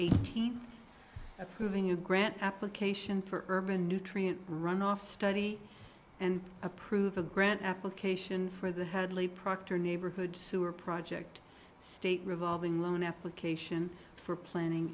eighteenth approving a grant application for urban nutrient runoff study and approve a grant application for the hadley proctor neighborhood sewer project state revolving loan application for planning